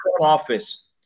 office